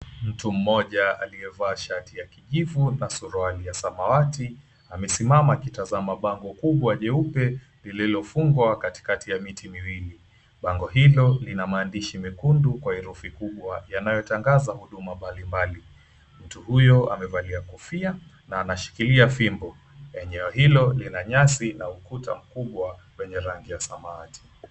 Mtu mmoja aliyevaa shati ya kijivu na suruali ya samawati amesimama akitazama bango kubwa jeupe lililofungwa katikati ya miti miwili bango hilo lina maandishi mekundu kwa herufi kubwa yanayotangaza huduma mbalimbali mtu huyo amevalia kofia na anashikilia fimbo, eneo hilo lina nyasi na ukuta kubwa wenye rangi ya samawati.